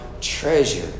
treasure